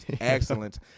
excellent